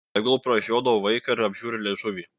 tegul pražiodo vaiką ir apžiūri liežuvį